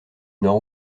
nord